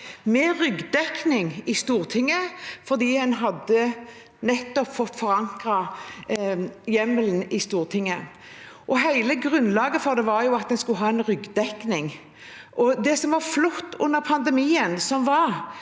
med ryggdekning i Stortinget fordi en hadde fått forankret hjemmelen her. Hele grunnlaget for det var at en skulle ha ryggdekning. Det som var flott under pandemien, var